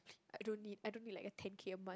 I don't need I don't need like a ten K a month